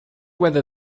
whether